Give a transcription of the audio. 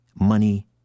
money